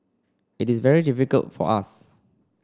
it is very difficult for us